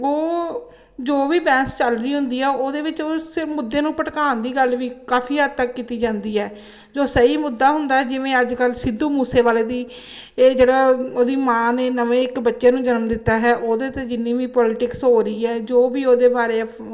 ਉਹ ਜੋ ਵੀ ਬਹਿਸ ਚੱਲ ਰਹੀ ਹੁੰਦੀ ਆ ਉਹਦੇ ਵਿੱਚ ਉਸੇ ਮੁੱਦੇ ਨੂੰ ਭਟਕਾਉਣ ਦੀ ਗੱਲ ਵੀ ਕਾਫੀ ਹੱਦ ਤੱਕ ਕੀਤੀ ਜਾਂਦੀ ਹੈ ਜੋ ਸਹੀ ਮੁੱਦਾ ਹੁੰਦਾ ਜਿਵੇਂ ਅੱਜ ਕੱਲ੍ਹ ਸਿੱਧੂ ਮੂਸੇ ਵਾਲੇ ਦੀ ਇਹ ਜਿਹੜਾ ਉਹਦੀ ਮਾਂ ਨੇ ਨਵੇਂ ਇੱਕ ਬੱਚੇ ਨੂੰ ਜਨਮ ਦਿੱਤਾ ਹੈ ਉਹਦੇ 'ਤੇ ਜਿੰਨੀ ਵੀ ਪੋਲਿਟਿਕਸ ਹੋ ਰਹੀ ਏ ਜੋ ਵੀ ਉਹਦੇ ਬਾਰੇ